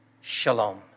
shalom